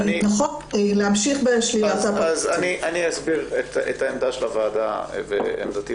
להמשיך בשאלת --- אני אסביר את עמדת הוועדה ואת עמדתי.